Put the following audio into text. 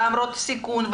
למרות הסיכון,